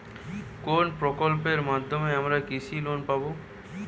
কোন প্রকল্পের মাধ্যমে আমরা কৃষি লোন পাবো?